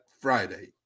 Friday